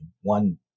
one